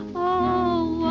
oh,